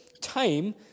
time